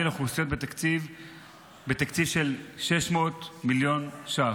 לאוכלוסיות בתקציב של 600 מיליון שקלים.